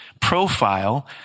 profile